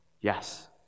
Yes